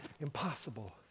impossible